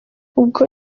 ubwo